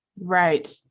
right